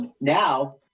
Now